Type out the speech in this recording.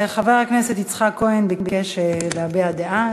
חבר הכנסת יצחק כהן ביקש להביע דעה.